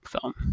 film